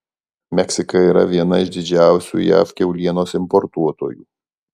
meksika yra viena iš didžiausių jav kiaulienos importuotojų